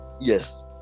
Yes